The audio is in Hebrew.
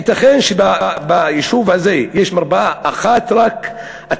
הייתכן שביישוב הזה יש רק מרפאה אחת?